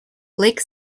lake